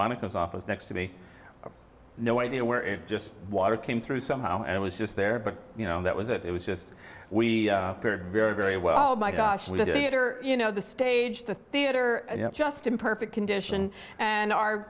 monica's office next to me no idea where it just water came through somehow and it was just there but you know that was it was just we very very very well by gosh you know the stage the theater just in perfect condition and our